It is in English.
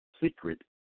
secret